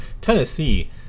Tennessee